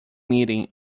meeting